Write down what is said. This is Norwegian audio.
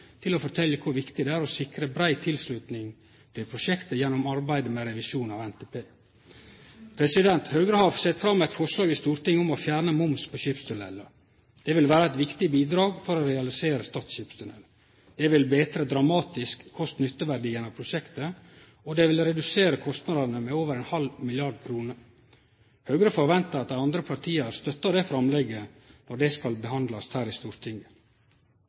til å fortelje kor viktig det er å sikre brei tilslutning til prosjektet gjennom arbeidet med revisjon av NTP. Høgre har sett fram eit forslag i Stortinget om å fjerne moms på skipstunnelar. Det vil vere eit viktig bidrag for å realisere Stad skipstunnel. Det vil betre kost–nytte-verdien på prosjektet dramatisk, og det vil redusere kostnadane med over ein halv milliard kroner. Høgre forventar at dei andre partia stør det framlegget når det skal handsamast her i Stortinget.